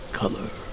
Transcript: color